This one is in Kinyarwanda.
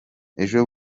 ejo